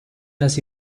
así